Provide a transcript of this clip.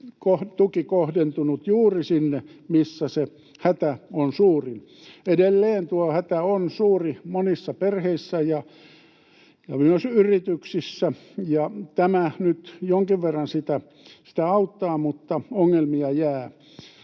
tuki kohdentunut juuri sinne, missä se hätä on suurin. Edelleen tuo hätä on suuri monissa perheissä ja myös yrityksissä, ja tämä nyt jonkin verran sitä auttaa, mutta ongelmia jää.